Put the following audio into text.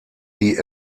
die